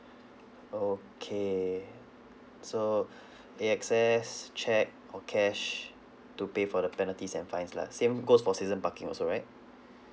okay so A_X_S cheque or cash to pay for the penalties and fines lah same goes for season parking also right